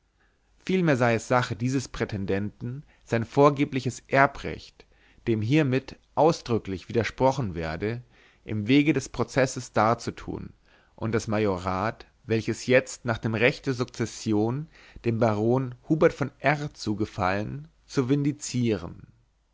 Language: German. vielmehr sei es die sache dieses prätendenten sein vorgebliches erbrecht dem hiermit ausdrücklich widersprochen werde im wege des prozesses darzutun und das majorat welches jetzt nach dem recht der sukzession dem baron hubert von r zugefallen zu